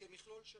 כמכלול שלם.